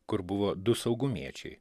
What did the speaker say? kur buvo du saugumiečiai